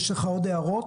יש לך עוד הערות?